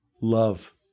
Love